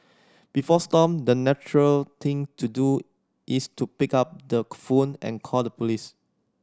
before Stomp the natural thing to do is to pick up the phone and call the police